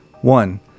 one